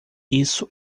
isso